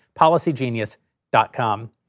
PolicyGenius.com